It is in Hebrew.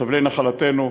לחבלי נחלתנו,